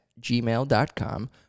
gmail.com